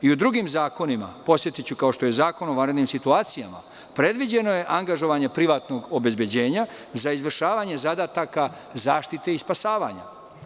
I u drugim zakonima, kao što je Zakon o vanrednim situacijama, predviđeno je angažovanje privatnog obezbeđenja za izvršavanje zadataka zaštite i spasavanja.